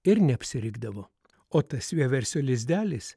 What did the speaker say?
ir neapsirikdavo o tas vieversio lizdelis